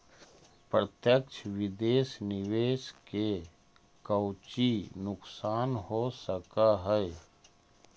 प्रत्यक्ष विदेश निवेश के कउची नुकसान हो सकऽ हई